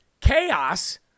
chaos